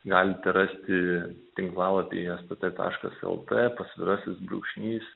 galite rasti tinklalapyje stt taškas lt pasvirasis brūkšnys